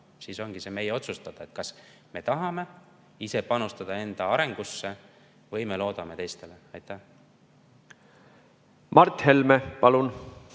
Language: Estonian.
Ongi meie otsustada, kas me tahame ise panustada enda arengusse või loodame teistele. Mart Helme, palun!